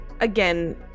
Again